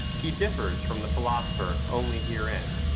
he differs from the philosopher only herein,